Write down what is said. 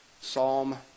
Psalm